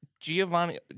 Giovanni